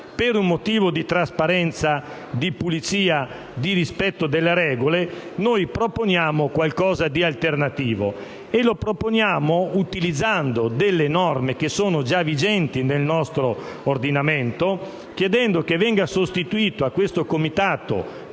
Per un motivo di trasparenza, di pulizia e di rispetto delle regole, noi proponiamo qualcosa di alternativo, utilizzando norme già vigenti nel nostro ordinamento. Noi chiediamo che venga sostituita a questo Comitato,